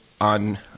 on